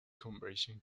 conversion